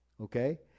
Okay